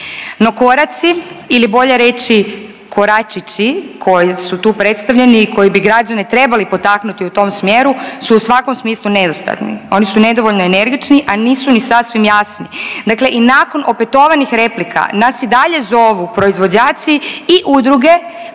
No koraci ili bolje reći, koračići koji su tu predstavljeni i koje bi građane trebali potaknuti u tom smjeru su u svakom smislu nedostatni. Oni su nedovoljno energični, a nisu ni sasvim jasni. Dakle i nakon opetovanih replika nas i dalje zovu proizvođači i udruge